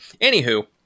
Anywho